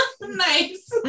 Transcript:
nice